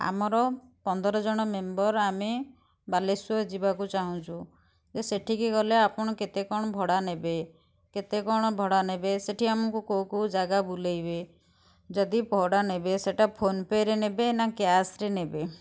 ଆମର ପନ୍ଦର ଜଣ ମେମ୍ବର୍ ଆମେ ବାଲେଶ୍ୱର ଯିବାକୁ ଚାହୁଁଛୁ ଯେ ସେଠିକି ଗଲେ ଆପଣ କେତେ କଣ ଭଡ଼ା ନେବେ କେତେ କଣ ଭଡ଼ା ନେବେ ସେଠି ଆମକୁ କେଉଁ କେଉଁ ଜାଗା ବୁଲେଇବେ ଯଦି ଭଡ଼ା ନେବେ ସେଟା ଫୋନ୍ପେରେ ନେବେ ନା କ୍ୟାସ୍ରେ ନେବେ